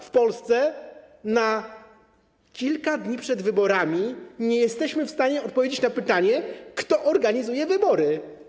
W Polsce na kilka dni przed wyborami nie jesteśmy w stanie odpowiedzieć na pytanie, kto organizuje wybory.